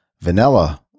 vanilla